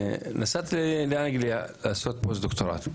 נסעתי לאנגליה לעשות פוסט-דוקטורט.